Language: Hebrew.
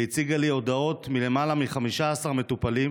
והיא הציגה לי הודעות מלמעלה מ-15 מטופלים